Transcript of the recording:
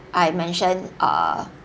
I mentioned err